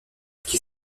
qui